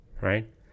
right